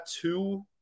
two